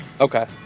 Okay